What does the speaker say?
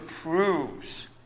proves